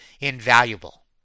invaluable